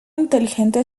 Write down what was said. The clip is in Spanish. inteligente